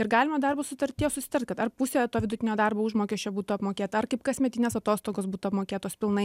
ir galima darbo sutartyje susitart kad ar pusė to vidutinio darbo užmokesčio būtų apmokėta ar kaip kasmetinės atostogos būtų apmokėtos pilnai